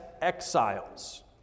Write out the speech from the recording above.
exiles